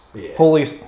holy